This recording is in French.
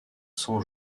sans